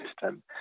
system